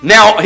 Now